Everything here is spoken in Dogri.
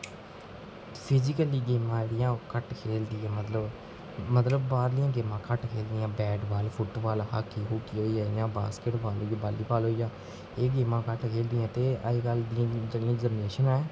फिजीकली गेमां जेह्ड़ियां ओह् घट्ट खेढदी ऐ मतलब मतलब बाह्रलियां गेमां घट्ट खेढनियां बैटबाल फुटबाल हाॅकी होई गेआ जि'यां बासकिटबाल वॉलीबाल होई गेआ एह् गेमां घट्ट खेढदियां ते अजकल दी जेह्ड़ी जनरेशन ऐ